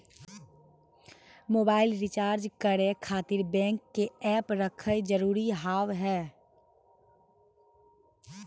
Mobile recharge करे खातिर bank के ऐप रखे जरूरी हाव है?